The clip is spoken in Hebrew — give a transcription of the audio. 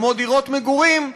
כמו דירות מגורים,